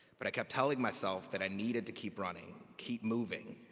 but i kept telling myself that i needed to keep running, keep moving.